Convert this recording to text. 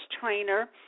trainer